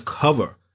cover